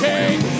King